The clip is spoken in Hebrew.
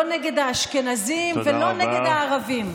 לא נגד האשכנזים ולא נגד הערבים.